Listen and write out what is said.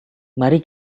mari